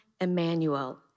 Emmanuel